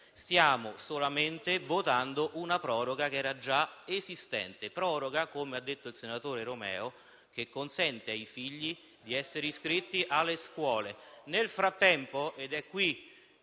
Stiamo solamente votando una proroga già esistente. Proroga, come ha detto il senatore Romeo, che consente ai figli di essere iscritti alle scuole.